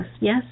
Yes